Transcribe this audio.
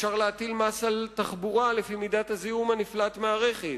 אפשר להטיל מס על תחבורה לפי מידת הזיהום הנפלט מהרכב,